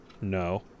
No